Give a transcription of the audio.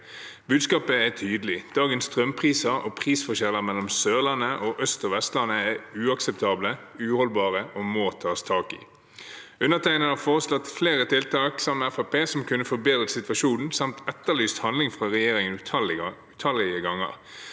Budskapet er tydelig, dagens strømpriser og prisforskjeller mellom Sørlandet og Øst- og Vestlandet er uakseptable, uholdbare og må tas tak i. Undertegnede har foreslått flere tiltak som kunne forbedret situasjonen, samt etterlyst handling fra regjeringen utallige ganger.